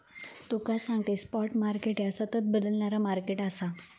तुका सांगतंय, spot market ह्या सतत बदलणारा मार्केट आसा